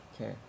Okay